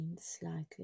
slightly